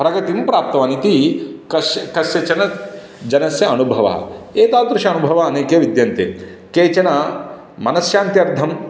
प्रगतिं प्राप्तवान् इति कश् कस्यचन जनस्य अनुभवः एतादृशानुभवः अनेके विद्यन्ते केचन मनश्शान्त्यर्थं